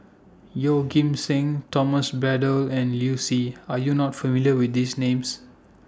Yeoh Ghim Seng Thomas Braddell and Liu Si Are YOU not familiar with These Names